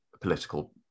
political